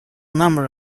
number